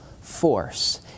force